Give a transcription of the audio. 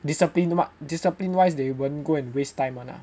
discipline discipline wise they won't go and waste time [one] ah